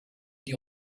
die